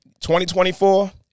2024